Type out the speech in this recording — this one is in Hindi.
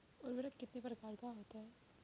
उर्वरक कितने प्रकार का होता है?